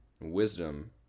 Wisdom